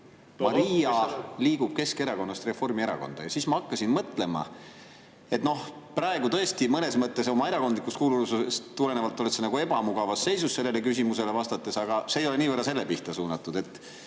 Maria liigub Keskerakonnast Reformierakonda. Ma hakkasin mõtlema, et noh, praegu tõesti mõnes mõttes oma erakondlikust kuuluvusest tulenevalt oled sa nagu ebamugavas seisus sellele küsimusele vastates, aga see ei ole niivõrd selle pihta suunatud. Me